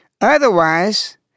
Otherwise